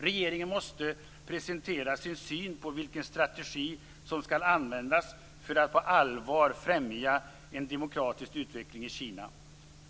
Regeringen måste presentera sin syn på vilken strategi, som skall användas för att på allvar främja en demokratisk utveckling i Kina.